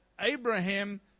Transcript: Abraham